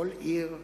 כל עיר,